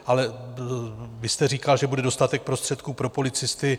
Ale vy jste říkal, že bude dostatek prostředků pro policisty.